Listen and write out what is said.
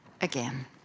again